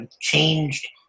changed